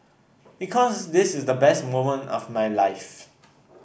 because this is the best moment of my life